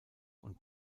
und